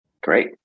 Great